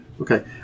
Okay